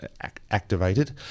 activated